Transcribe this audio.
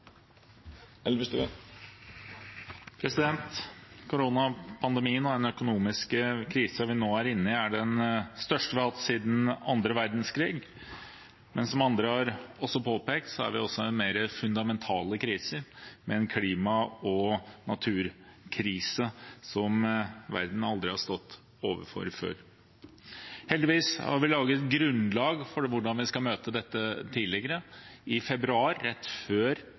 den økonomiske krisen vi nå er inne i, er den største vi har hatt siden den andre verdskrigen, men som andre også har påpekt, er vi også i en mer fundamental krise – klima- og naturkrisen – som verden aldri har stått overfor før. Heldigvis hadde vi lagt et grunnlag for hvordan vi skulle møte dette. I februar, rett før